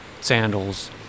sandals